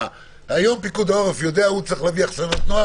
היום פיקוד יודע הוא צריך להביא אכסניית נוער,